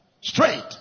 Straight